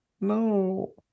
No